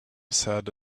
sad